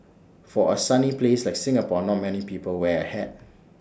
for A sunny place like Singapore not many people wear A hat